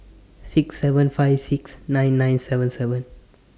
six seven five six nine nine seven seven